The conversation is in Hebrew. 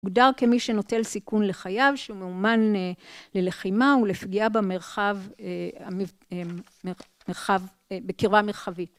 מוגדר כמי שנוטל סיכון לחייו, שהוא מאומן ללחימה ולפגיעה במרחב, בקירבה מרחבית.